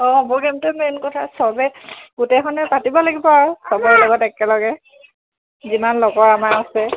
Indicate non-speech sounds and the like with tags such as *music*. অঁ *unintelligible* মেইন কথা চবেই গোটেইখনে পাতিব লাগিব আৰু চবৰ লগত একেলগে যিমান লগৰ আমাৰ আছে